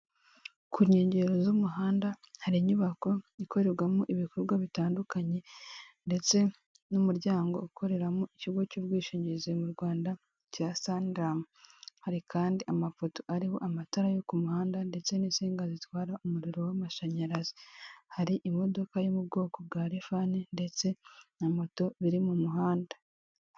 Ku nkengero z'umuhanda hari inyubako ikorerwamo ibikorwa bitandukanye ndetse n'umuryango ukoreramo ikigo cy'ubwishingizi mu Rwanda cya sangaramu, hari kandi amafoto ariho amatara yo ku muhanda ndetse n'insiga zitwara umuriro w'amashanyarazi, hari imodoka yo mu bwoko bwa rifani ndetse na moto biri mu muhanda.